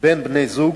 בין בני-זוג